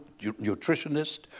nutritionist